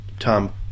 Tom